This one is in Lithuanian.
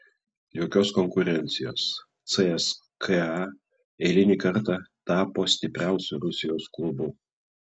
jokios konkurencijos cska eilinį kartą tapo stipriausiu rusijos klubu